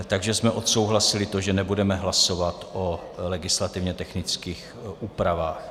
Takže jsme odsouhlasili to, že nebudeme hlasovat o legislativně technických úpravách.